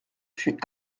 puis